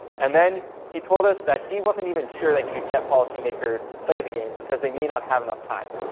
and then he told us that he wasn't even sure that he could get policymakers to play the game, because they may not have enough time.